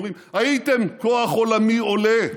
הם אומרים: הייתם כוח עולמי עולה,